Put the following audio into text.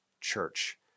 church